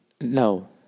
No